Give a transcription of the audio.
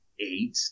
eight